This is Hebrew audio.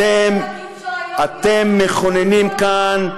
גברתי הנאווה, אתם מכוננים כאן,